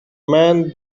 man